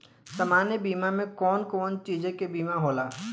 सामान्य बीमा में कवन कवन चीज के बीमा होला?